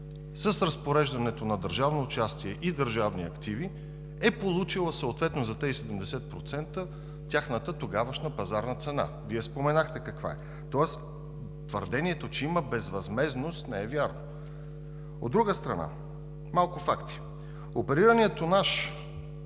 с разпореждането на държавно участие и държавни активи е получила за тези 70% тяхната тогавашна пазарна цена, Вие споменахте каква е. Тоест твърдението, че има безвъзмездност не е вярно! От друга страна, малко факти. Оперираният тонаж